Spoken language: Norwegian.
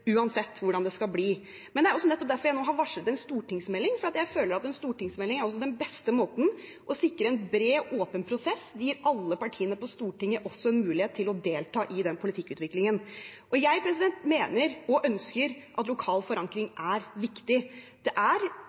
uansett hvordan det skal bli. Men det er også nettopp derfor jeg nå har varslet en stortingsmelding, for jeg føler at en stortingsmelding er den beste måten å sikre en bred, åpen prosess på. Det gir også alle partiene på Stortinget en mulighet til å delta i den politikkutviklingen. Jeg mener – og ønsker – at lokal forankring er viktig. Det er